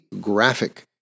graphic